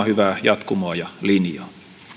hyvää jatkumoa ja linjaa